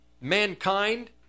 mankind